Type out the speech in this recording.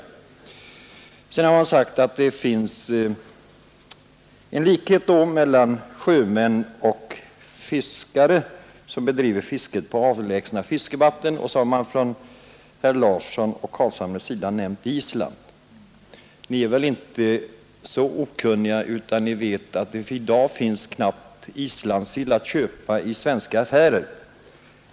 Vidare har det sagts att det finns en likhet mellan sjömän och sådana fiskare som bedriver sitt fiske på avlägsna vatten; herr Larsson och herr Carlshamre nämnde i sammanhanget Island. Ni är väl inte så okunniga att ni inte vet att det i dag knappt finns islandssill att köpa i svenska affärer?